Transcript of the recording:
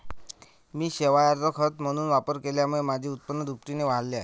मी शेवाळाचा खत म्हणून वापर केल्यामुळे माझे उत्पन्न दुपटीने वाढले आहे